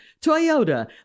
Toyota